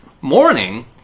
morning